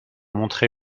montré